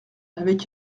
avec